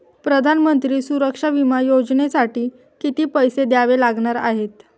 प्रधानमंत्री सुरक्षा विमा योजनेसाठी किती पैसे द्यावे लागणार आहेत?